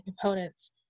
components